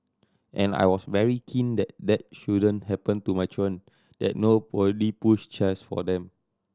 and I was very keen that that shouldn't happen to my children that nobody pushed chairs for them